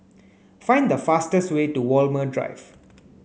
find the fastest way to Walmer Drive